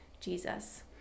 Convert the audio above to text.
Jesus